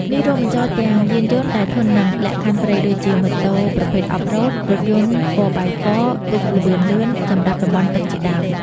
នេះរួមបញ្ចូលទាំង យានយន្តដែលធន់នឹងលក្ខខណ្ឌព្រៃ ដូចជា ម៉ូតូប្រភេទ Off-road រថយន្ត ហ្វ័រ បាយ ហ្វ័រ 4x4 ទូកល្បឿនលឿនសម្រាប់តំបន់ទឹកជាដើម។